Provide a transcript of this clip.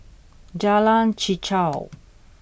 Jalan Chichau